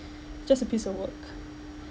just a piece of work